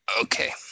Okay